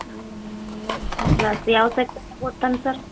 ಎಂಟನೇ ಕ್ಲಾಸ್ ಯಾವ ಸೆಕ್ಷನಾಗ ಓದ್ತಾನೆ ಸರ್